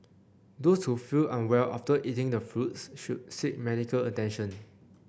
those who feel unwell after eating the fruits should seek medical attention